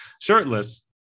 shirtless